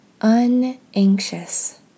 unanxious